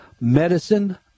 Medicine